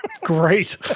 great